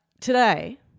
today